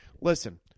Listen